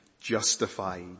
justified